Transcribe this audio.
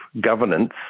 governance